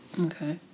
Okay